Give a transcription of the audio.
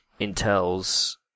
Intel's